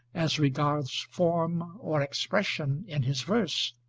as regards form or expression in his verse,